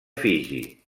fiji